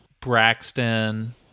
Braxton